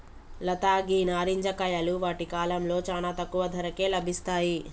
లత గీ నారింజ కాయలు వాటి కాలంలో చానా తక్కువ ధరకే లభిస్తాయి